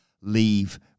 leave